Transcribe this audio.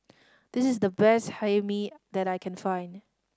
this is the best Hae Mee that I can find